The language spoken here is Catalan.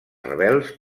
rebels